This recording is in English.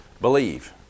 believe